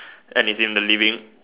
and it's in the living